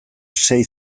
sei